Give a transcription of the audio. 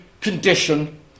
condition